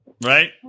right